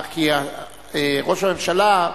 כי ראש הממשלה,